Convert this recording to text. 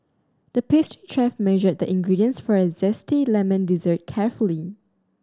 the paste chef measured the ingredients for a zesty lemon dessert carefully